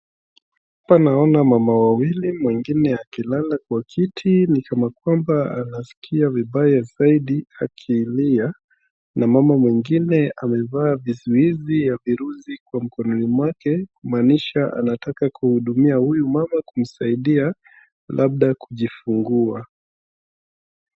Hapa naona mama wawili mwingine akilala kwa kiti ni kana kwamba anaskia vibaya zaidi akilia na mama mwingine amevaa vizuizi ya virusi kwa mkono wake kumaanisha anataka kumhudumia huyu mama kumsaidia labda kujifungua .